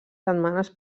setmanes